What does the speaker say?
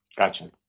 Gotcha